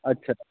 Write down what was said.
अच्छा